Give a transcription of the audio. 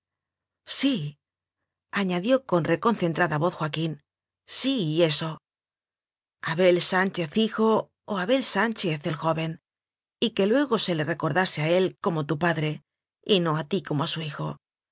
gloria síañadió con reconcentrada voz joa quín sí eso abel sánchez hijo o abel sánchez el joven y que luego se le recor dase a él como tu padre y no a ti como a su hijo